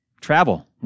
Travel